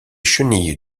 chenilles